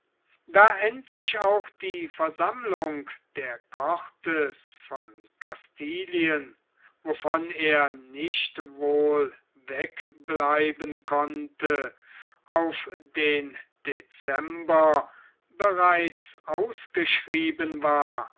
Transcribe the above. da endlich auch die versammlung der cortes von castilien wovon er nicht wohl wegbleiben konnte auf den december bereits ausgeschrieben war